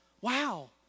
Wow